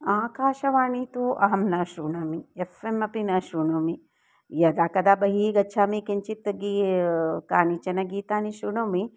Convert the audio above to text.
आकाशवाणीं तु अहं न श्रुणोमि एफ़् एम् अपि न श्रुणोमि यदा कदा बहिः गच्छामि किञ्चित् गीतं कानिचन गीतानि श्रुणोमि